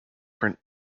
print